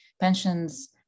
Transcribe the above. pensions